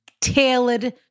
tailored